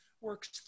works